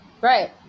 right